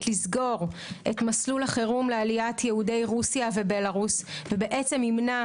לסגור את מסלול החירום לעליית יהודי רוסיה ובלרוס וימנע